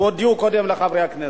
תודיעו קודם לחברי הכנסת.